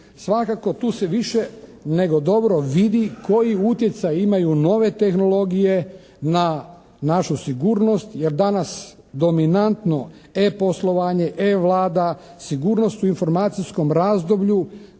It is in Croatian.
Svakako tu se više nego dobro vidi koji utjecaj imaju nove tehnologije na našu sigurnost jer danas dominantno E-poslovanje, E-Vlada, sigurnost u informacijskom razdoblju